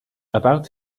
about